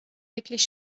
wirklich